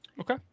Okay